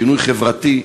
שינוי חברתי,